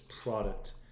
product